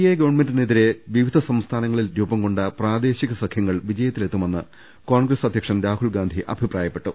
A ഭരണത്തിനെതിരെ വിവിധ സംസ്ഥാനങ്ങളിൽ രൂപംകൊണ്ട പ്രാദേശിക സഖ്യങ്ങൾ വിജയത്തിലെത്തുമെന്ന് കോൺഗ്രസ് അധ്യക്ഷൻ രാഹുൽഗാന്ധി അഭിപ്രായപ്പെട്ടു